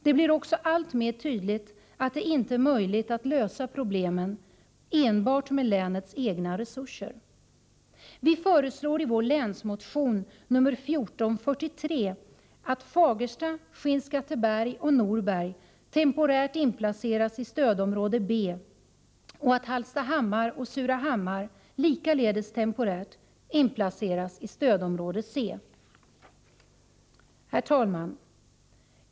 Det blir också alltmer tydligt att det inte är möjligt att lösa problemen enbart med länets egna resurser. Vi föreslår i vår länsmotion nr 1443 att Fagersta, Skinnskatteberg och Norberg temporärt inplaceras i stödområde B och att Hallstahammar och Surahammar, likaledes temporärt, inplaceras i stödområde C. Herr talman!